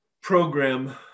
program